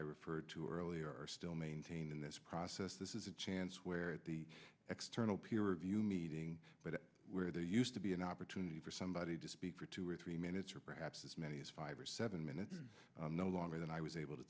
i referred to earlier are still maintained in this process this is a chance where at the external peer review meeting but where there used to be an opportunity for somebody to speak for two or three minutes or perhaps as many as five or seven minutes no longer than i was able to